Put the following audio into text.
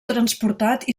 transportat